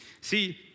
See